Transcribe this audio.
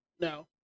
No